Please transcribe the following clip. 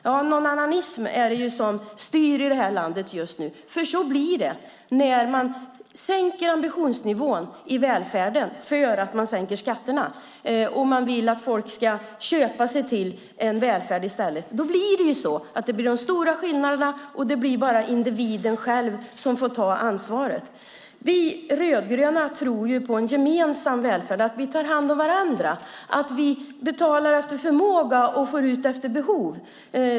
Ja, det är "nånannanismen" som styr i det här landet just nu, för så blir det när man sänker ambitionsnivån i välfärden i och med att man sänker skatterna. Man vill att folk ska köpa sig till en välfärd i stället, och då blir det stora skillnader och det blir bara individen själv som får ta ansvaret. Vi rödgröna tror på en gemensam välfärd där vi tar hand om varandra och betalar efter förmåga och får ut efter behov.